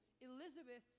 Elizabeth